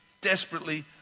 desperately